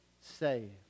saved